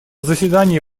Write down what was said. заседании